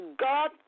God